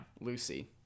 Lucy